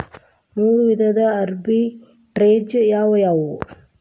ಮೂರು ವಿಧದ ಆರ್ಬಿಟ್ರೆಜ್ ಯಾವವ್ಯಾವು?